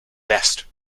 best